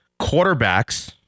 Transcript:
quarterbacks